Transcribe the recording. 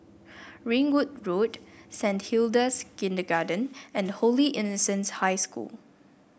Ringwood Road Saint Hilda's Kindergarten and Holy Innocents' High School